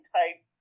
type